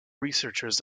researchers